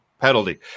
penalty